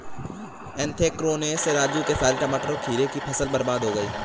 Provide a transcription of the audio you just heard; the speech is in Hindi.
एन्थ्रेक्नोज से राजू के सारे टमाटर और खीरे की फसल बर्बाद हो गई